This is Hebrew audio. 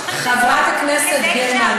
חברת הכנסת יעל,